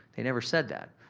they never said that.